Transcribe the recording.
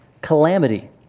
calamity